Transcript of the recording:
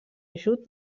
ajut